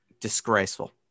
Disgraceful